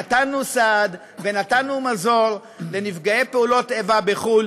נתנו סעד ונתנו מזור לנפגעי פעולות איבה בחו"ל.